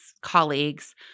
colleagues